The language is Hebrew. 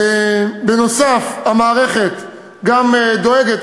נוסף על כך המערכת גם דואגת,